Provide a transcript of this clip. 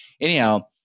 anyhow